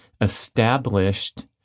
established